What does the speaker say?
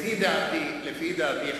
לפי דעתי,